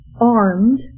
armed